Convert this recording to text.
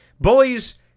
Bullies